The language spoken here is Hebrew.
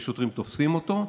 ושוטרים תופסים אותו,